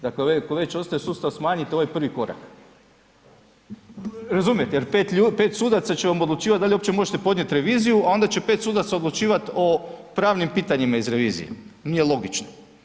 Dakle, ako već ostaje sustav smanjit ovaj prvi korak, razumijete jer 5 ljudi, 5 sudaca će vam odlučivat da li uopće možete podnijet reviziju, a onda će 5 sudaca odlučivat o pravnim pitanjima iz revizije, nije logično.